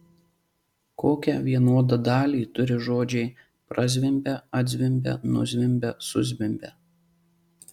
kokią vienodą dalį turi žodžiai prazvimbia atzvimbia nuzvimbia suzvimbia